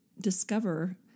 discover